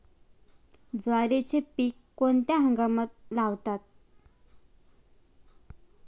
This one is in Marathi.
ज्वारीचे पीक कोणत्या हंगामात लावतात?